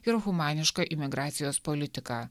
ir humanišką imigracijos politiką